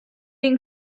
این